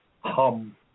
hum